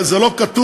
זה לא כתוב,